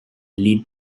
lead